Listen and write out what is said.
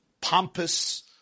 pompous